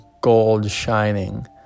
gold-shining